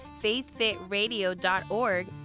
faithfitradio.org